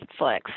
Netflix